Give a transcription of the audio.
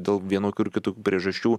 dėl vienokių ar kitų priežasčių